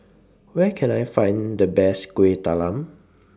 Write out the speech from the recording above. Where Can I Find The Best Kuih Talam